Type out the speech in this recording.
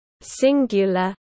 singular